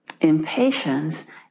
impatience